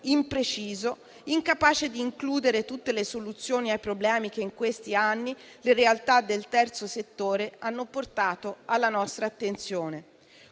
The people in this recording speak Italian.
impreciso, incapace di includere tutte le soluzioni ai problemi che in questi anni le realtà del terzo settore hanno portato alla nostra attenzione.